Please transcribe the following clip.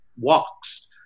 walks